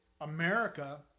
America